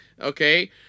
Okay